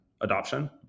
adoption